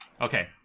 Okay